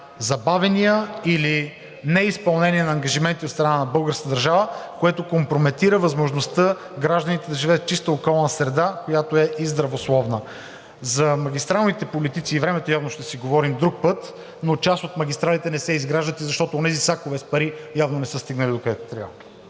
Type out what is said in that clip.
на забавяния или неизпълнение на ангажименти от страна на българската държава, което компрометира възможността гражданите да живеят в чиста околна среда, която е и здравословна. За магистралните политици и времето явно ще си говорим друг път, но част от магистралите не се изграждат и защото онези сакове с пари явно не са стигнали докъдето трябва.